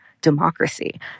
democracy